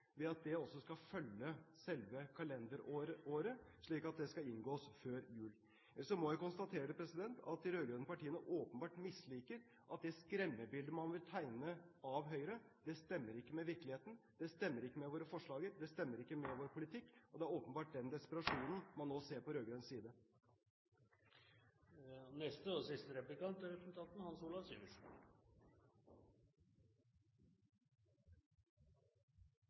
ved at vi foreslår å fjerne priskontroll, prisregulering og delingsforbud, noe som vil bidra til riktigere verdier på eiendommene i landbruket. Dette er viktige grep i vår landbrukspolitikk. Så foreslår vi å endre tiden for når jordbruksoppgjøret skal inngås, at det skal følge selve kalenderåret, og at det inngås før jul. Ellers må jeg konstatere at de rød-grønne partiene åpenbart misliker at det skremmebildet man vil tegne av Høyre, ikke stemmer med virkeligheten. Det stemmer ikke med våre forslag, det stemmer ikke med vår politikk,